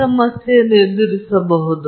ಕೆಲವು ಕೆಲವು ಅದು 100 ಪ್ರತಿಶತ ಆರ್ಎಚ್ ಆಗಿರಬಹುದು